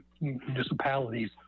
municipalities